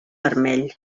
vermell